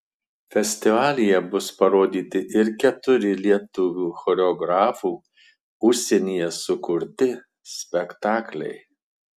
festivalyje bus parodyti ir keturi lietuvių choreografų užsienyje sukurti spektakliai